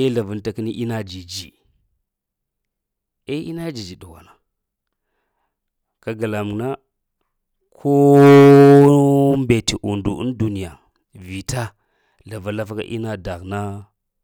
eh dzlavanta kini ina dzidzi eh ina dzidz ɗughwana kag lamuŋ na kooh mbete und ŋ duniya vita zlava-zlaka ina dab na.